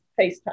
FaceTime